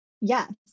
Yes